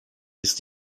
ist